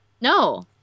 No